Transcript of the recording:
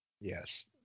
Yes